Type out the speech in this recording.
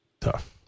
Tough